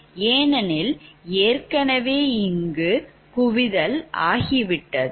ஏனெனில் ஏற்கனவே இங்கு குவிதல் ஆகிவிட்டது